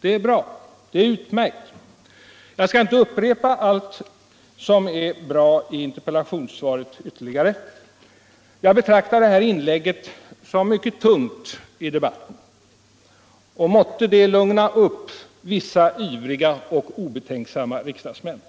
Det är bra, det är utmärkt. Jag skall inte upprepa allt som är bra i interpellationssvaret. Jag betraktar det som ett mycket tungt inlägg i debatten. Måtte det lugna vissa ivriga och obetänksamma riksdagsmän!